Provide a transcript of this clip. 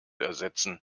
ersetzen